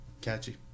catchy